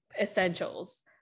essentials